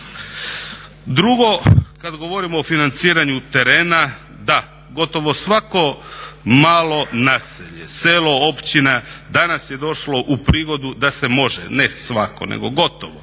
Drugo, kad govorimo o financiranju terena, da, gotovo svako malo naselje, selo, općina, danas je došlo u prigodu da se može, ne svako nego gotovo